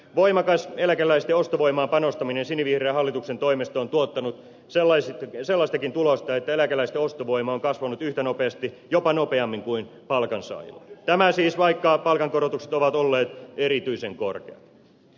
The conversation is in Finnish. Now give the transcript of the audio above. voimakas eläkeläisten ostovoimaan panostaminen sinivihreän hallituksen toimesta on tuottanut sellaistakin tulosta että eläkeläisten ostovoima on kasvanut yhtä nopeasti jopa nopeammin kuin palkansaajilla tämä siis vaikka palkankorotukset ovat olleet erityisen korkeat